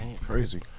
Crazy